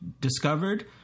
discovered